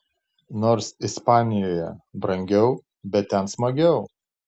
nors ispanijoje brangiau bet ten smagiau